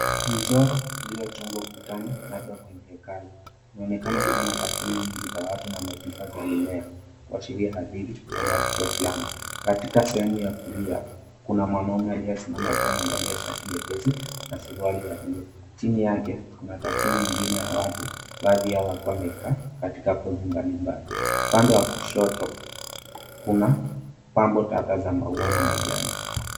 Mchoro uliochorwa ukutani labda kwenye hekalu. Unaonekana kuwa na takimu nyingi za watu na notisa za mimea kuashiria hadithi ama tukio fulani. Katika sehemu ya kulia kuna mwanaume aliyesimama akiwa amevalia shati jepesi na suruali ya buluu. Chini yake kuna takimu ingine ya watu baadhi yao wakiwa wamekaa katika kundi mbalimbali. Upande wa kushoto kuna pambo tata za maua na majani.